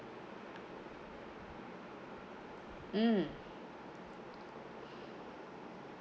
mm